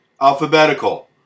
Alphabetical